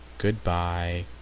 Goodbye